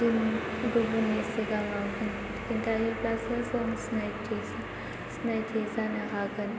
गुबुननि सिगाङाव खिनथायोब्लासो जों सिनायथि जानो हागोन